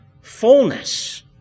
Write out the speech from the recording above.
fullness